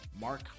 Mark